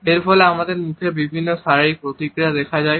এর ফলে আমাদের মুখে বিভিন্ন শারীরিক প্রতিক্রিয়া দেখা দেয়